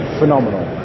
phenomenal